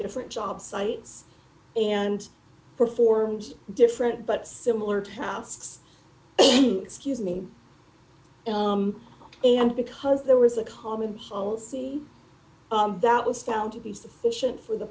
different job sites and performed different but similar tasks excuse me and because there was a common policy that was found to be sufficient for the